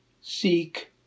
seek